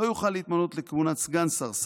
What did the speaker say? לא יוכל להתמנות לכהונת סגן שר,